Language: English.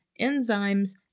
enzymes